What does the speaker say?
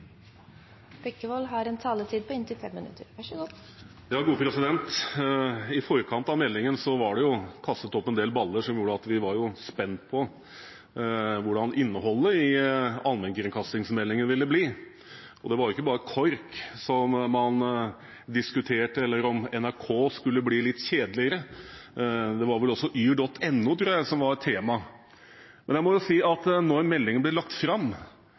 I forkant av meldingen var det kastet opp en del baller som gjorde at vi var spent på hvordan innholdet i allmennkringkastingsmeldingen ville bli. Det var ikke bare KORK man diskuterte, eller om NRK skulle bli litt kjedeligere, det var vel også yr.no som var tema. Men jeg må jo si at da meldingen ble lagt fram,